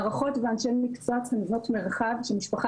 מערכות ואנשי מקצוע צריכים לבנות מרחב שמשפחה